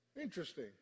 Interesting